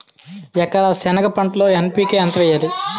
ఎకర సెనగ పంటలో ఎన్.పి.కె ఎంత వేయాలి?